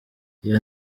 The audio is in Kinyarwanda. iyo